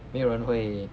没有人会